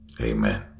Amen